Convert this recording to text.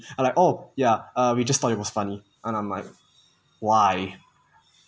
and I oh ya err we just thought it was funny and I'm like why